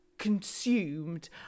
Consumed